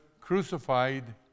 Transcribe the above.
crucified